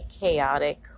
chaotic